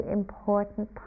important